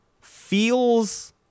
feels